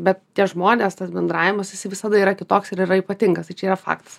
bet tie žmonės tas bendravimas jisai visada yra kitoks ir yra ypatingas tai čia yra faktas